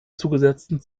zugesetzten